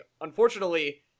unfortunately